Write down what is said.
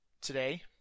today